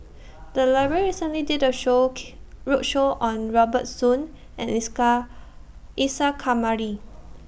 The Library recently did A Show Key roadshow on Robert Soon and Isa Kamari